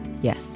Yes